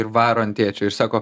ir varo ant tėčio ir sako